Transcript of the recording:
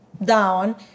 down